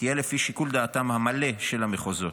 תהיה לפי שיקול דעתם המלא של המחוזות,